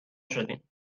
شدیم